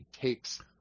takes